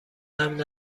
امن